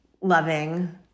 loving